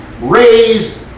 raised